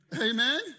Amen